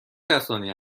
کسانی